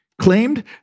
claimed